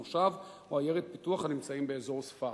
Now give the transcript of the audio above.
מושב או עיירת פיתוח הנמצאים באזור ספר.